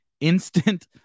instant